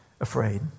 afraid